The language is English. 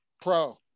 pro